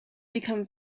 become